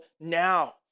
now